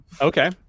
Okay